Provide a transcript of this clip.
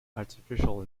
artificial